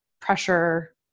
pressure